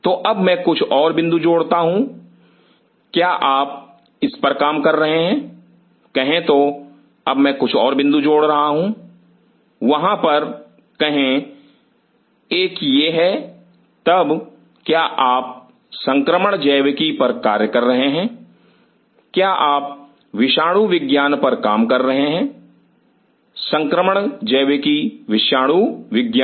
तो अब मैं कुछ और बिंदु जोड़ता हूं क्या आप इस पर काम कर रहे हैं कहें तो अब मैं कुछ और बिंदु जोड़ रहा हूं वहां पर कहें एक यह है तब क्या आप संक्रमण जैविकी पर कार्य कर रहे हैं क्या आप विषाणु विज्ञान पर कार्य कर रहे हैं संक्रमण जैविकी विषाणु विज्ञान